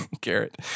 Garrett